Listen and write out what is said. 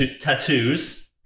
tattoos